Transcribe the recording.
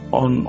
on